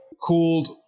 called